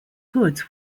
goods